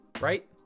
Right